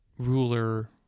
ruler